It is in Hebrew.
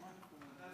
הוועדה